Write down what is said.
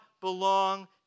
belong